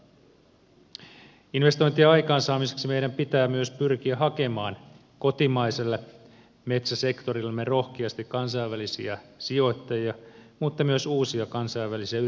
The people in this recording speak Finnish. investointien aikaansaamiseksi meidän pitää myös pyrkiä hakemaan kotimaiselle metsäsektorillemme rohkeasti kansainvälisiä sijoittajia mutta myös uusia kansainvälisiä yritysinvestointeja